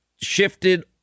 shifted